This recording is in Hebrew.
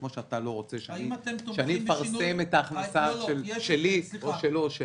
וכמו שאתה לא רוצה שאני אפרסם את ההכנסה שלי או שלו או שלה.